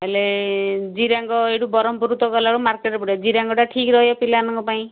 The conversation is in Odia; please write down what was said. ହେଲେ ଜିରାଙ୍ଗ ଏଇଠୁ ବରହମପୁରରୁ ତ ଗଲାବେଳକୁ ମାର୍କେଟ୍ ପଡ଼ିବ ଜିରାଙ୍ଗଟା ଠିକ୍ ରହିବ ପିଲାମାନଙ୍କ ପାଇଁ